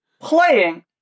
playing